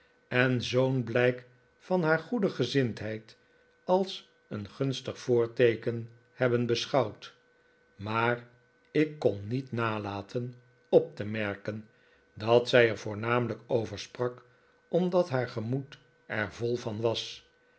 en zoo'n blijk van haar goede gezindheid als een gunstig voorteeken hebben beschouwd maar ik kon niet nalaten op te merken dat zij er voornamelijk over sprak omdat haar gemoed er vol van was